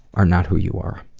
are not who you are.